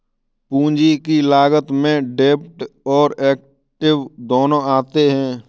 पूंजी की लागत में डेब्ट और एक्विट दोनों आते हैं